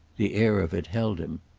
the air of it held him.